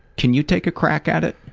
can you take a crack at it?